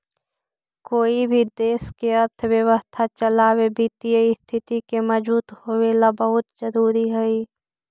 कोई भी देश के अर्थव्यवस्था चलावे वित्तीय स्थिति के मजबूत होवेला बहुत जरूरी हइ